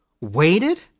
waited